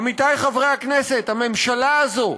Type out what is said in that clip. עמיתיי חברי הכנסת, הממשלה הזאת,